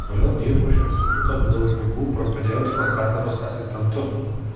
toliau dirbo šio instituto vidaus ligų propedeutikos katedros asistentu